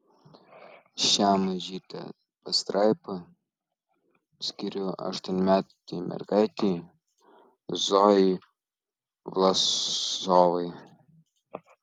šią mažytę pastraipą skiriu aštuonmetei mergaitei zojai vlasovai